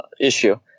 issue